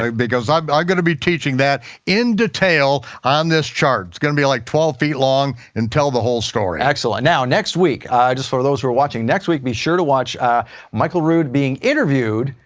ah because i'm yeah gonna be teaching that in detail on this chart. it's gonna be like, twelve feet long, and tell the whole story. excellent. now, next week, just for those who are watching, next week be sure to watch ah michael rood being interviewed,